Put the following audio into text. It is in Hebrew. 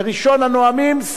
וראשון הנואמים,